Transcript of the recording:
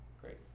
great